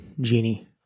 genie